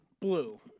Blue